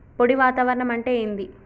పొడి వాతావరణం అంటే ఏంది?